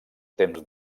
temps